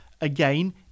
Again